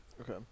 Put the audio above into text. Okay